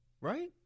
right